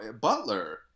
Butler